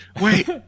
wait